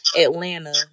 Atlanta